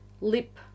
Lip